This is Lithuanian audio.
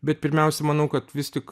bet pirmiausia manau kad vis tik